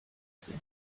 sind